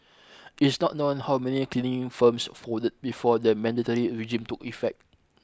it is not known how many cleaning firms folded before the mandatory regime took effect